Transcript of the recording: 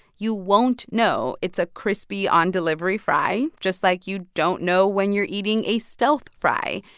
you won't know it's a crispy on delivery fry just like you don't know when you're eating a stealth fry.